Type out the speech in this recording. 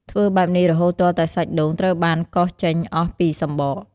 ធ្វើបែបនេះរហូតទាល់តែសាច់ដូងត្រូវបានកោសចេញអស់ពីសម្បក។